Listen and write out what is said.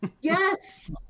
yes